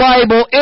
Bible